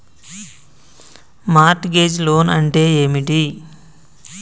Mart gauge loan అంటే ఏమిటి?